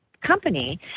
company